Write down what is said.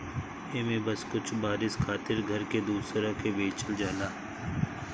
एमे बस कुछ बरिस खातिर घर के दूसरा के बेचल जाला